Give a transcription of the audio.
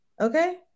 Okay